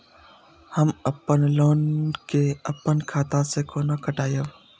हम अपन लोन के अपन खाता से केना कटायब?